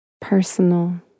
personal